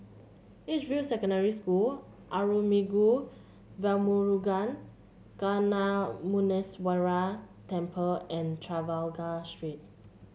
Edgefield Secondary School Arulmigu Velmurugan Gnanamuneeswarar Temple and Trafalgar Street